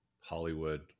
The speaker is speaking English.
Hollywood